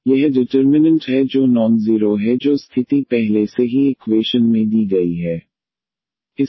तो यह डिटर्मिनन्ट है जो नॉन ज़ीरो है जो स्थिति पहले से ही इक्वेशन में दी गई है